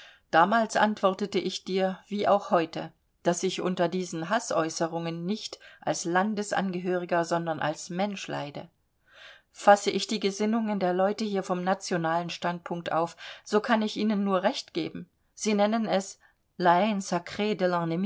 damals antwortete ich dir wie auch heute daß ich unter diesen hassesäußerungen nicht als landesangehöriger sondern als mensch leide fasse ich die gesinnungen der leute hier vom nationalen standpunkt auf so kann ich ihnen nur recht geben sie nennen es la